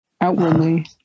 outwardly